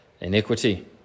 iniquity